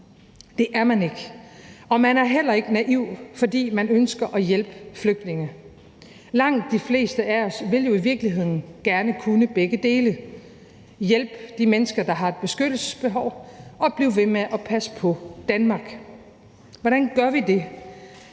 det er man ikke. Og man er heller ikke naiv, fordi man ønsker at hjælpe flygtninge. Langt de fleste af os vil jo i virkeligheden gerne kunne begge dele – hjælpe de mennesker, der har et beskyttelsesbehov, og blive ved med at passe på Danmark. Kl. 22:41 Hvordan gør vi det?